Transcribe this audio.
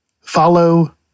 Follow